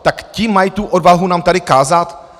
Tak ti mají tu odvahu nám tady kázat?